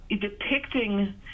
depicting